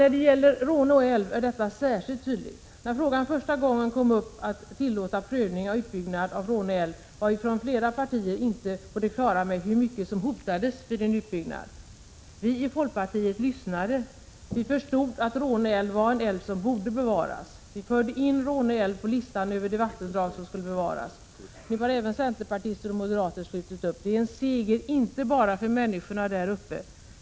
När det gäller Råne älv är detta särskilt tydligt. När frågan första gången kom upp om att tillåta prövning av utbyggnad av Råne älv var vi från flera partier inte på det klara med hur mycket som hotades vid en utbyggnad. Vi i folkpartiet lyssnade. Vi förstod att Råne älv var en älv som borde bevaras. Vi förde in Råne älv på listan över de vattendrag som skulle bevaras. Nu har även centerpartister och moderater slutit upp. Det är en seger, inte bara för människorna där uppe.